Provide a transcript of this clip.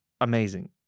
amazing